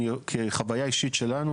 כחוויה אישית שלנו,